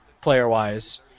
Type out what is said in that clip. player-wise